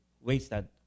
wasted